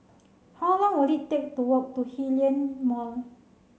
how long will it take to walk to Hillion Mall